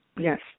Yes